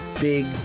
big